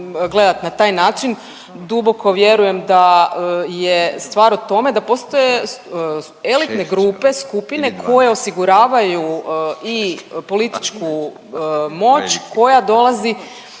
gledat na taj način. Duboko vjerujem da je stvar u tome da postoje elitne grupe, skupine koje osiguravaju i političku moć koja dolazi